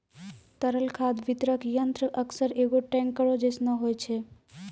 तरल खाद वितरक यंत्र अक्सर एगो टेंकरो जैसनो होय छै